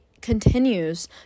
continues